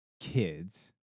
kids